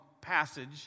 passage